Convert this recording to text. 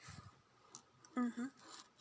mmhmm